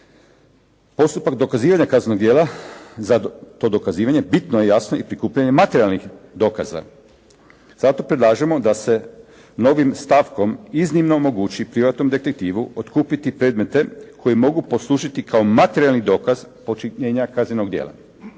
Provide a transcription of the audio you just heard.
postupak dokazivanja kaznenog djela za to dokazivanje bitno je jasno i prikupljanje materijalnih dokaza. Zato predlažemo da se novim stavkom iznimno omogući privatnom detektivu otkupiti predmete koji mogu poslužiti kao materijalni dokaz počinjenja kaznenog djela.